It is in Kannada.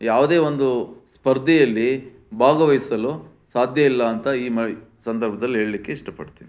ಯಾವುದೇ ಒಂದು ಸ್ಪರ್ಧೆಯಲ್ಲಿ ಭಾಗವಹಿಸಲು ಸಾಧ್ಯ ಇಲ್ಲ ಅಂತ ಈ ಸಂದರ್ಭ್ದಲ್ಲಿ ಹೇಳಲಿಕ್ಕೆ ಇಷ್ಟಪಡ್ತೀನಿ